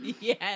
yes